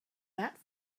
that